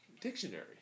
dictionary